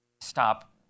stop